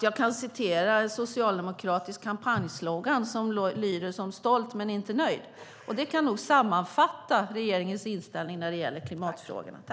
Jag kan citera en socialdemokratisk kampanjslogan som lyder "stolt men inte nöjd". Det kan nog sammanfatta regeringens inställning i klimatfrågorna.